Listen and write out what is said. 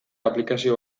aplikazio